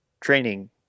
training